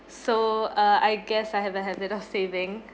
so uh I guess I haven't have enough saving